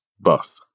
buff